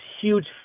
huge